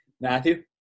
Matthew